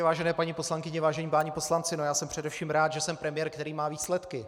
Vážení paní poslankyně, vážení páni poslanci, já jsem především rád, že jsem premiér, který má výsledky.